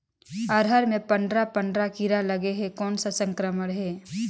अरहर मे पंडरा पंडरा कीरा लगे हे कौन सा संक्रमण हे?